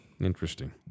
Interesting